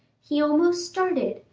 he almost started,